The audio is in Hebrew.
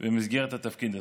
במסגרת התפקיד הזה.